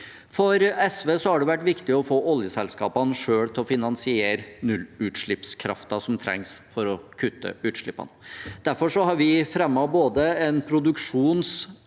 For SV har det vært viktig å få oljeselskapene selv til å finansiere nullutslippskraften som trengs for å kutte utslippene. Derfor har vi fremmet forslag om både en produksjons-